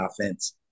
offense